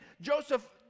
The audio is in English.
Joseph